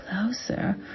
closer